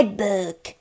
book